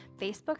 Facebook